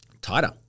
tighter